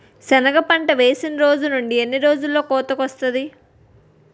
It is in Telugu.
సెనగ పంట వేసిన రోజు నుండి ఎన్ని రోజుల్లో కోతకు వస్తాది?